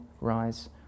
rise